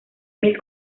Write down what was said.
mil